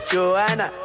Joanna